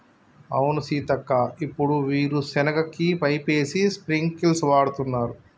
అవును సీతక్క ఇప్పుడు వీరు సెనగ కి పైపేసి స్ప్రింకిల్స్ వాడుతున్నారు